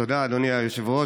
תודה, אדוני היושב-ראש.